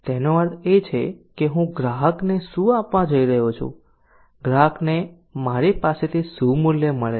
તેનો અર્થ એ કે હું ગ્રાહકને શું આપવા જઈ રહ્યો છું ગ્રાહકને મારી પાસેથી શું મૂલ્ય મળે છે